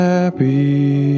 Happy